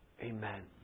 Amen